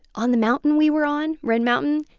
on the mountain we were on, red mountain,